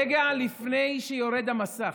רגע לפני שיורד המסך,